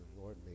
Lord